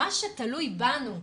מה שתלוי בנו,